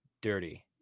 dirty